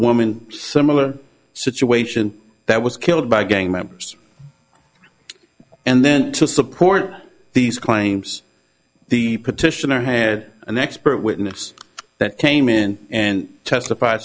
woman similar situation that was killed by gang members and then to support these claims the petitioner had an expert witness that came in and testif